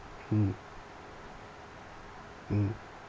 mm mmhmm